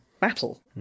battle